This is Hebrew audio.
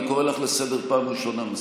אני קורא אותך לסדר פעם ראשונה.